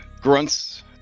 grunts